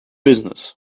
business